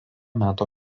meto